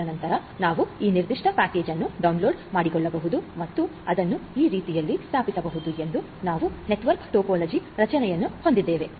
ಅದರ ನಂತರ ನಾವು ಈ ನಿರ್ದಿಷ್ಟ ಪ್ಯಾಕೇಜ್ ಅನ್ನು ಡೌನ್ಲೋಡ್ ಮಾಡಿಕೊಳ್ಳಬಹುದು ಮತ್ತು ಅದನ್ನು ಈ ರೀತಿಯಲ್ಲಿ ಸ್ಥಾಪಿಸಬಹುದು ಎಂದು ನಾವು ನೆಟ್ವರ್ಕ್ ಟೋಪೋಲಜಿ ರಚನೆಯನ್ನು ಹೊಂದಿದ್ದೇವೆ